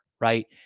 right